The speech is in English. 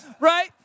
right